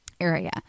area